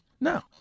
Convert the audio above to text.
No